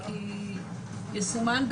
למשל,